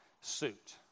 suit